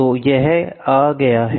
तो यह आ गया है